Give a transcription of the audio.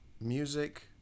music